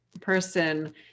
person